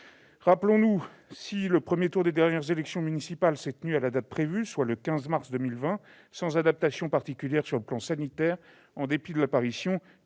et 2021. Le premier tour des dernières élections municipales s'est déroulé à la date prévue, le 15 mars 2020, sans adaptation particulière sur le plan sanitaire, en dépit de l'apparition